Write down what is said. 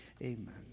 Amen